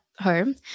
home